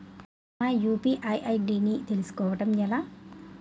నా UPI ID ని తెలుసుకోవడం ఎలా?